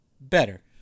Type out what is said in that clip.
Better